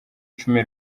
icumi